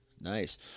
nice